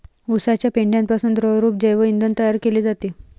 उसाच्या पेंढ्यापासून द्रवरूप जैव इंधन तयार केले जाते